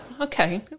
okay